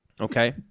Okay